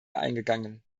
eingegangen